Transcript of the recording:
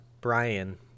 Brian